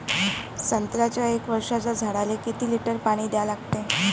संत्र्याच्या एक वर्षाच्या झाडाले किती लिटर पाणी द्या लागते?